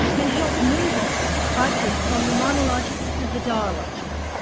can help move us, i think, from the monological to the dialogical,